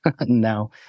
No